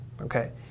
Okay